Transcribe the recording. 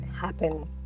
happen